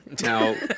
Now